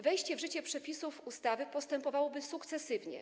Wejście w życie przepisów ustawy następowałoby sukcesywnie.